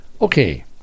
Okay